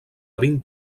vint